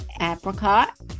apricot